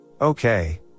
Okay